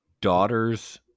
daughter's